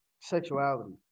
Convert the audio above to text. Sexuality